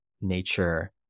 nature